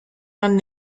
anno